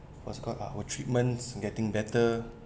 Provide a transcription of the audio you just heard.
what's called ah our treatment's getting better